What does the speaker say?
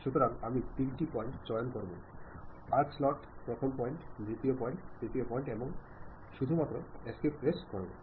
সুতরাং আমি তিনটি পয়েন্ট চয়ন করবো আর্ক স্লট প্রথম পয়েন্ট দ্বিতীয় পয়েন্ট তৃতীয় পয়েন্ট এবং আমি শুধুমাত্র এস্কেপ প্রেস করবো